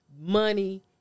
money